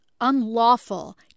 unlawful